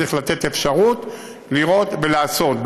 צריך לתת אפשרות לראות ולעשות.